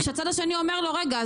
כשהצד השני אומר לו: רגע,